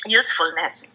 usefulness